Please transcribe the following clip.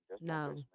no